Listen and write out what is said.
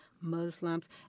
Muslims